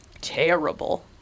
terrible